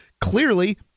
Clearly